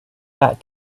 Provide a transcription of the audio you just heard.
that